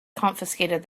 confiscated